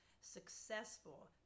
successful